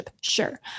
Sure